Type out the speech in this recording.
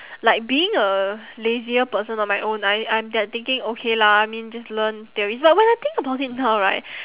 like being a lazier person on my own I I'm there thinking okay lah I mean just learn theories but when I think about it now right